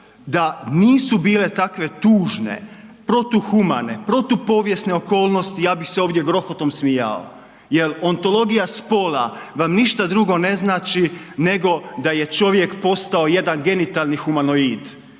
Da nisu bile takve tužne, protuhumane, protupovijesne okolnosti ja bi se ovdje grohotom smijao jer ontologija spola vam ništa drugo ne znači nego da je čovjek postao jedan genitalni humanoid.